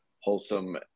wholesome